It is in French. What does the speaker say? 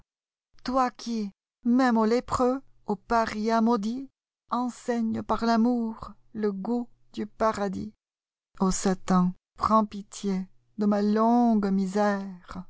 toi qui même aux lépreux aux parias maudits enseignes par l'amour le goût du paradis en ce temps prends pitié de ma longue misèrei